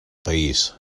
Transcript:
país